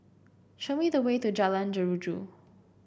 show me the way to Jalan Jeruju